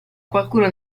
qualcuno